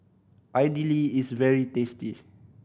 idili is very tasty